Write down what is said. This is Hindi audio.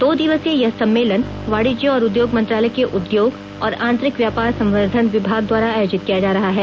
दो दिवसीय यह सम्मेलन वाणिज्य और उद्योग मंत्रालय के उद्योग और आंतरिक व्यापार संवर्धन विभाग द्वारा आयोजित किया जा रहा है